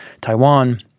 Taiwan